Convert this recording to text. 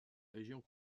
régions